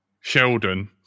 Sheldon